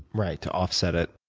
right. to offset it,